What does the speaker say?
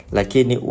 Lakini